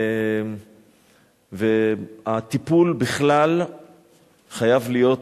הטיפול בכלל חייב להיות